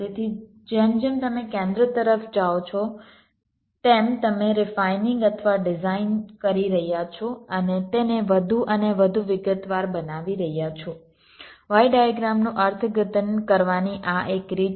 તેથી જેમ જેમ તમે કેન્દ્ર તરફ નીચે જાઓ છો તેમ તમે રિફાઇનિંગ અથવા ડિઝાઇન કરી રહ્યા છો અને તેને વધુ અને વધુ વિગતવાર બનાવી રહ્યા છો Y ડાયગ્રામનું અર્થઘટન કરવાની આ એક રીત છે